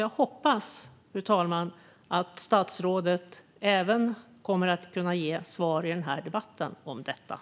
Jag hoppas därför att statsrådet kommer att kunna ge svar om detta i denna debatt.